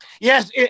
Yes